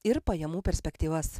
ir pajamų perspektyvas